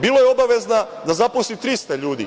Bila je obavezna da zaposli 300 ljudi.